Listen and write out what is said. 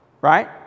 right